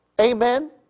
Amen